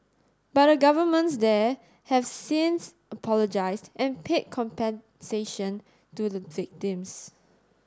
but the governments there have since apologised and paid compensation to the victims